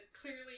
clearly